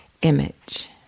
image